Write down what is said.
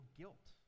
guilt